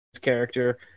character